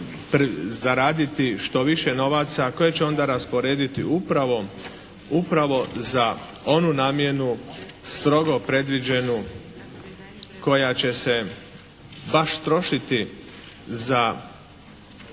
zaraditi što više novaca koje će onda rasporediti upravo, upravo za onu namjenu strogo predviđenu koja će se baš trošiti za